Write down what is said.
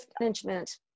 management